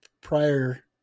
prior